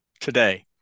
today